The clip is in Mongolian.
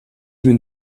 минь